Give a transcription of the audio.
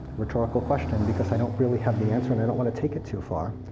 rhetorical question, because i don't really have the answer, and i don't want to take it too far.